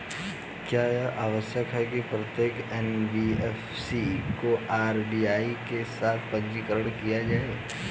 क्या यह आवश्यक है कि प्रत्येक एन.बी.एफ.सी को आर.बी.आई के साथ पंजीकृत किया जाए?